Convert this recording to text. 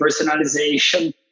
personalization